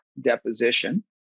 deposition